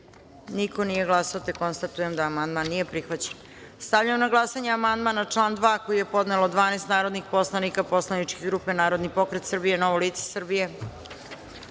nije glasao za amandman. Konstatujem da amandman nije prihvaćen. Stavljam na glasanje amandman na član 2. koji je podnelo 12 narodnih poslanika poslaničke grupe Narodni pokret Srbije – Novo lice